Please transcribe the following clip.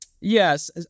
Yes